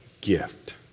gift